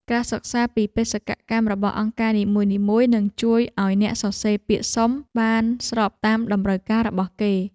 ការសិក្សាពីបេសកកម្មរបស់អង្គការនីមួយៗនឹងជួយឱ្យអ្នកសរសេរពាក្យសុំបានស្របតាមតម្រូវការរបស់គេ។